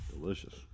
Delicious